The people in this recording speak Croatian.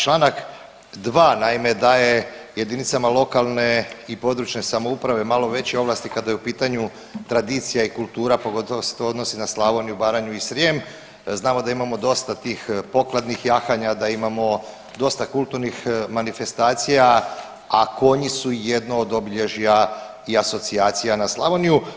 Čl. 2. naime daje jedinicama lokalne i područne samouprave malo veće ovlasti kada je u pitanju tradicija i kultura, pogotovo se to odnosi na Slavoniju, Baranju i Srijem, znamo da imamo dosta tih pokladnih jahanja, da imamo dosta kulturnih manifestacija, a konji su jedno od obilježja i asocijacija na Slavoniju.